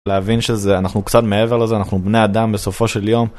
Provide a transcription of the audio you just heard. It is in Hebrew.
להבין שזה אנחנו קצת מעבר לזה אנחנו בני אדם בסופו של יום.